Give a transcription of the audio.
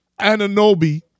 Ananobi